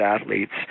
athletes